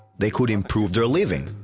they could improve their living.